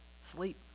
sleep